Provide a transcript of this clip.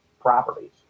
properties